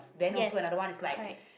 yes correct